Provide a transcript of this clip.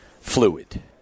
fluid